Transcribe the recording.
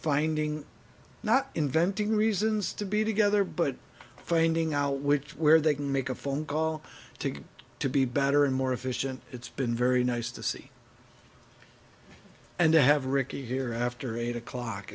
finding not inventing reasons to be together but finding out which where they can make a phone call to good to be better and more efficient it's been very nice to see and to have riki here after eight o'clock